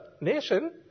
nation